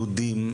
יהודים,